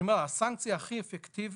אני אומר, הסנקציה הכי אפקטיבית